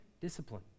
discipline